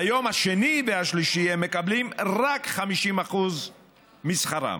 ביום השני והשלישי הם מקבלים רק 50% משכרם.